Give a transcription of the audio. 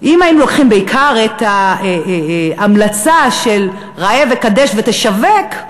אם היינו לוקחים בעיקר את ההמלצה של ראה וקדש ותשווק,